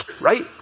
right